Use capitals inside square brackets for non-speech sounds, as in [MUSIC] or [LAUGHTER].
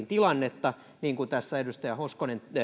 [UNINTELLIGIBLE] tilannetta niin kuin tässä edustaja hoskonen